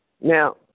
Now